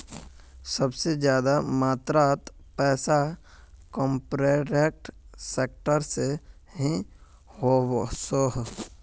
सबसे ज्यादा मात्रात पैसा कॉर्पोरेट सेक्टर से ही वोसोह